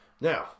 Now